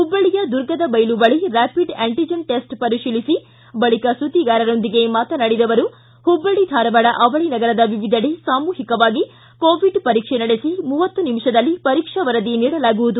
ಹುಬ್ಬಳ್ಳಿಯ ದುರ್ಗದ ದೈಲು ಬಳಿ ರ್ಕಾಪಿಡ್ ಆ್ಕಂಟಜನ್ ಟೆಸ್ಟ್ ಪರಿತೀಲಿಸಿ ಬಳಿಕ ಸುದ್ದಿಗಾರರೊಂದಿಗೆ ಮಾತನಾಡಿದ ಅವರು ಹುಬ್ಬಳ್ಳಿ ಧಾರವಾಡ ಅವಳಿ ನಗರದ ವಿವಿಧೆಡೆ ಸಾಮೂಹಿಕವಾಗಿ ಕೋವಿಡ್ ಪರೀಕ್ಷೆ ನಡೆಸಿ ಮೂವತ್ತು ನಿಮಿ ದಲ್ಲಿ ಪರೀಕ್ಷಾ ವರದಿ ನೀಡಲಾಗುವುದು